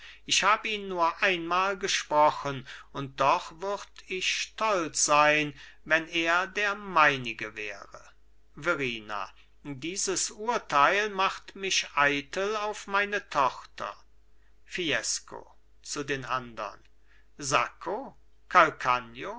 ich hab ihn nur einmal gesprochen und doch würd ich stolz sein wenn er der meinige wäre verrina dieses urteil macht mich eitel auf meine tochter fiesco zu den andern sacco